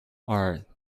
are